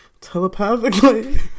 telepathically